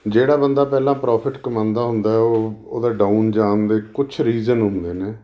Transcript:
ਜਿਹੜਾ ਬੰਦਾ ਪਹਿਲਾਂ ਪ੍ਰੋਫਿਟ ਕਮਾਉਂਦਾ ਹੁੰਦਾ ਉਹ ਉਹਦਾ ਡਾਊਨ ਜਾਣ ਦੇ ਕੁਛ ਰੀਜਨ ਹੁੰਦੇ ਨੇ